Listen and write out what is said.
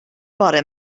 bore